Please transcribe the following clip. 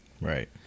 Right